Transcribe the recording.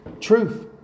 Truth